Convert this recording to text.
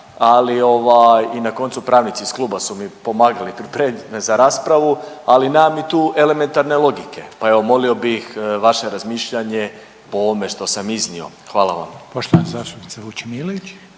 ovaj i na koncu, pravnici iz kluba su mi pomagali pripremit me za raspravu, ali nema mi tu elementarne logike. Pa evo, molio bih vaše razmišljanje po ovome što sam iznio. Hvala vam.